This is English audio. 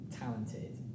talented